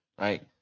right